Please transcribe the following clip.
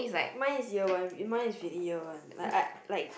mine is year one mine is really year one like I like